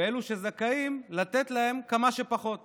ואילו שזכאים, לתת להם כמה שפחות.